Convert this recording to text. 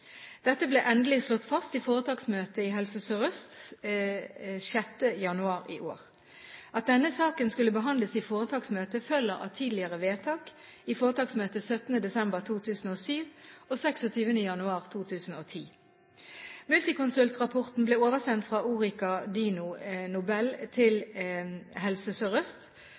Dette ble endelig slått fast i foretaksmøtet i Helse Sør-Øst RHF 6. januar i år. At denne saken skulle behandles i foretaksmøte, følger av tidligere vedtak i foretaksmøtet 17. desember 2007 og 26. januar 2010. Multiconsult-rapporten ble oversendt fra Orica/Dyno Nobel til Helse